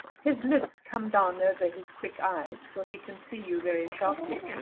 his lids come down over his quick eyes, till he can see you very sharply,